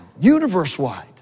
universe-wide